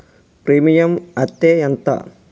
Premium అత్తే ఎంత?